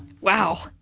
Wow